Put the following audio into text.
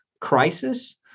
crisis